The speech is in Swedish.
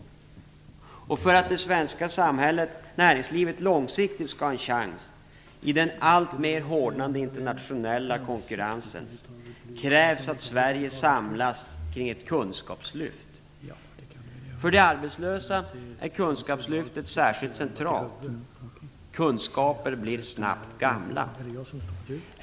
För att det svenska näringslivet långsiktigt skall ha en chans i den alltmer hårdnande internationella konkurrensen krävs det att Sverige samlas kring ett kunskapslyft. För de arbetslösa är kunskapslyftet särskilt centralt. Kunskaper blir snabbt gamla.